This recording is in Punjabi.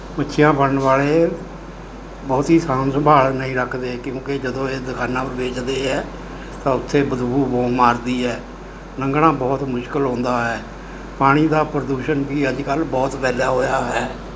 ਮੱਛੀਆਂ ਫੜ੍ਹਨ ਵਾਲੇ ਬਹੁਤੀ ਸਾਂਭ ਸੰਭਾਲ ਨਹੀਂ ਰੱਖਦੇ ਕਿਉਂਕਿ ਜਦੋਂ ਇਹ ਦੁਕਾਨਾਂ ਪਰ ਵੇਚਦੇ ਹੈ ਤਾਂ ਉੱਥੇ ਬਦਬੂ ਬਹੁਤ ਮਾਰਦੀ ਹੈ ਲੰਘਣਾ ਬਹੁਤ ਮੁਸ਼ਕਲ ਹੁੰਦਾ ਹੈ ਪਾਣੀ ਦਾ ਪ੍ਰਦੂਸ਼ਣ ਵੀ ਅੱਜ ਕੱਲ੍ਹ ਬਹੁਤ ਫੈਲਿਆ ਹੋਇਆ ਹੈ